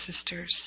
sisters